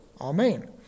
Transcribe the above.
Amen